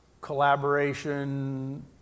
collaboration